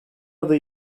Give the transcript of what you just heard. adı